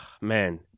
man